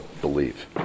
believe